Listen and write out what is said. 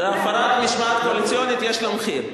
זו הפרת משמעת קואליציונית, ויש לה מחיר,